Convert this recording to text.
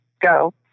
go